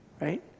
right